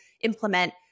implement